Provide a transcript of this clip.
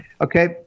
Okay